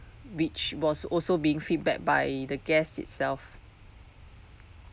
which was also being feedback by the guests itself